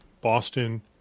Boston